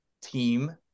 team